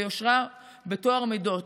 ביושרה ובטוהר המידות.